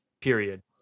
period